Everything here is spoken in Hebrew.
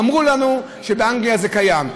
אמרו לנו שבאנגליה זה קיים.